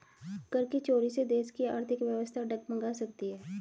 कर की चोरी से देश की आर्थिक व्यवस्था डगमगा सकती है